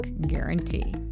guarantee